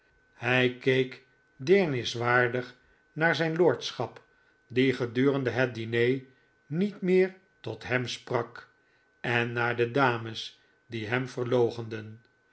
hij keek deerniswaardig naar zijn lordschap die gedurende het diner niet meer tot hem sprak en naar de dames die hem verloochenden